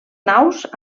naus